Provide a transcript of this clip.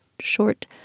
short